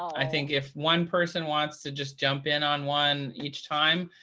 i think if one person wants to just jump in on one each time,